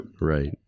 Right